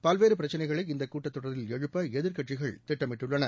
பல்வேறு பிரச்சினைகளை இந்த கூட்டத்தொடரில் எழுப்ப எதிர்க்கட்சிகள் திட்டமிட்டுள்ளன